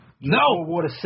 No